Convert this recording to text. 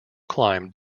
climb